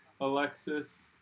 Alexis